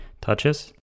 touches